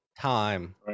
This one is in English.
time